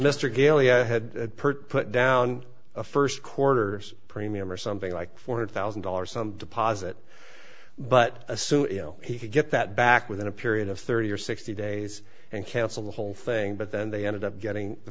had put down a first quarter premium or something like four hundred thousand dollars some deposit but assume he could get that back within a period of thirty or sixty days and cancel the whole thing but then they ended up getting the